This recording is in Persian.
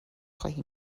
خواهی